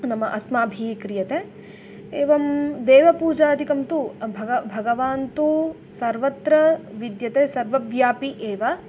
नाम अस्माभिः क्रियते एवं देवपूजादिकं तु भग भगवान् तु सर्वत्र विद्यते सर्वव्यापि एव